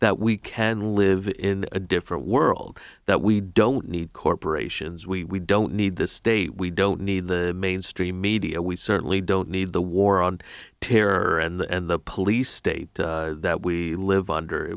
that we can live in a different world that we don't need corporations we don't need this state we don't need the mainstream media we certainly don't need the war on terror and the police state that we live under